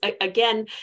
Again